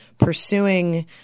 Pursuing